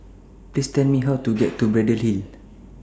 Please Tell Me How to get to Braddell Hill